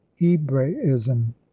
hebraism